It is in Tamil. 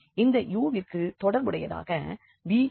இந்த u விற்கு தொடர்புடையதாக v இருக்கும்